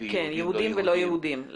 לפי יהודים ולא יהודים?